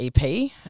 EP